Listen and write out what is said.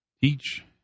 Teach